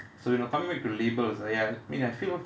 so you know coming back to labels I I mean I feel